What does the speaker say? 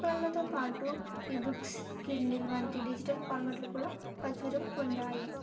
కళలతో పాటు e books Kindle వంటి digital ఫార్మాట్లు కూడా ప్రాచుర్యం పొందాయి